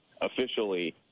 officially